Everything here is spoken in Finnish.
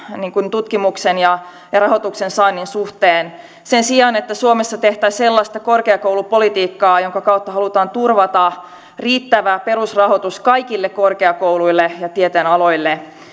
tutkimuksen ja ja rahoituksensaannin suhteen sen sijaan että suomessa tehtäisiin sellaista korkeakoulupolitiikkaa jonka kautta halutaan turvata riittävä perusrahoitus kaikille korkeakouluille ja tieteenaloille ja